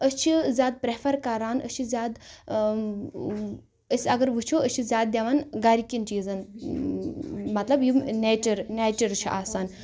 أسۍ چھِ زیادٕ پرٛیفر کَران أسۍ چھِ زیادٕ أسۍ اَگر وٕچھو أسۍ چھِ زیادٕ دیان گَرِکٮ۪ن چیٖزن مطلب یِم نیچر نیچر چھُ آسان